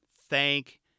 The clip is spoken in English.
Thank